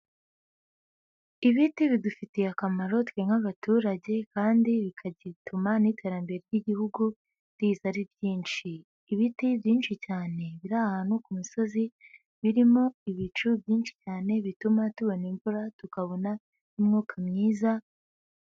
Ibiti bidufitiye akamaro twe nk'abaturage kandi bikagituma n'iterambere ry'Igihugu riza ari ryinshi, ibiti byinshi cyane biri ahantu ku misozi, birimo ibicu byinshi cyane bituma tubona imvura tukabona n'imyuka myiza.